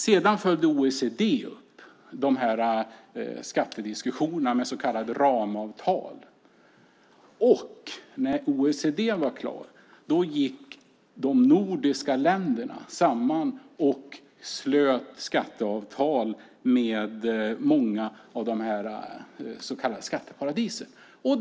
Sedan följde OECD upp skattediskussionerna med så kallade ramavtal. När OECD var klart gick de nordiska länderna samman och slöt skatteavtal med många av de så kallade skatteparadisen.